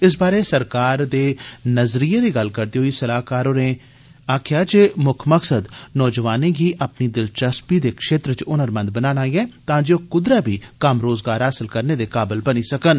इस बारे सरकारदे नजरियै दी गल्ल करदे होई सलाहकार षर्मा होरें आक्खेआ जे मुक्ख मकसद नोजवानें गी अपनी दिलचस्पी दे क्षेत्र च हुनरमंद बनाना ऐ तां जे ओ कुदरै बी कम्म रोजगार हासल करने दे काबल बनी सकन